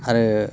आरो